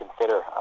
consider